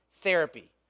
therapy